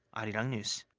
arirang news.